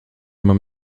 mam